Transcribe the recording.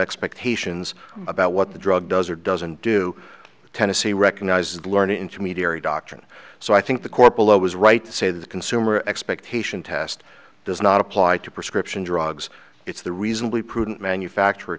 expectations about what the drug does or doesn't do tennessee recognizes learned intermediary doctrine so i think the court below was right to say that the consumer expectation test does not apply to prescription drugs it's the reasonably prudent manufacture